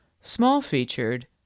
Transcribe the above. small-featured